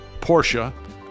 Porsche